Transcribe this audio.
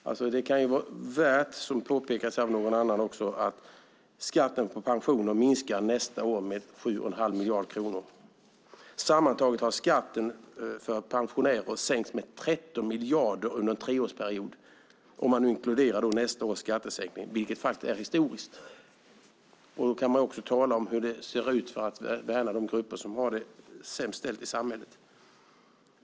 Det kan vara värt att påpeka, vilket en tidigare talare också gjorde, att skatten på pensioner nästa år minskar med 7 1⁄2 miljarder 2011. Sammantaget har skatten för pensionärer sänkts med 13 miljarder under en treårsperiod om vi inkluderar nästa års skattesänkning, vilket är historiskt. Då kan man tala om att värna de grupper som har det sämst ställt i samhället.